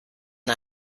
and